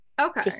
Okay